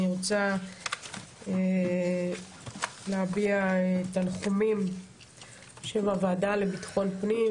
אני רוצה להביע תנחומים בשם הוועדה לביטחון הפנים,